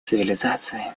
цивилизации